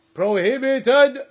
prohibited